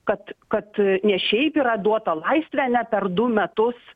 kad kad ne šiaip yra duota laisvė ane per du metus